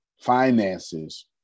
Finances